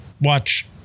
watch